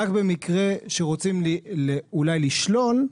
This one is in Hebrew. רק במקרה שרוצים אולי לשלול,